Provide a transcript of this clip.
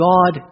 God